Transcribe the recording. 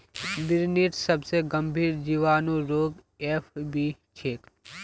बिर्निर सबसे गंभीर जीवाणु रोग एफ.बी छे